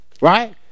Right